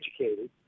educated